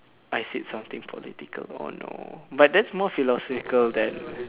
I said something political oh no but that's more philosophical than